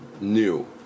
new